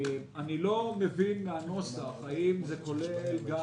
אני לא מבין מן הנוסח האם זה כולל גם